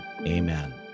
amen